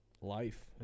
life